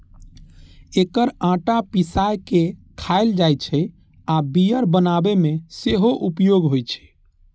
एकर आटा पिसाय के खायल जाइ छै आ बियर बनाबै मे सेहो उपयोग होइ छै